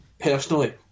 personally